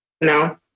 No